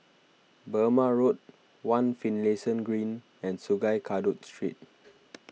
Burmah Road one Finlayson Green and Sungei Kadut Street